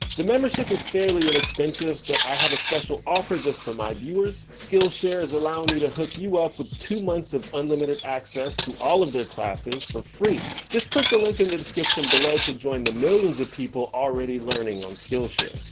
the membership is fairly inexpensive, but i have a special offer just for my viewers. skillshare is allowing me to hook you up with two month of unlimited access to all of their classes, for free. just click the link in the description below to join the millions of people already learning on skillshare.